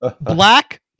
black